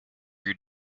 you